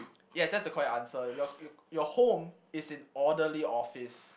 yes that's the correct answer your your your home is in orderly office